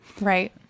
Right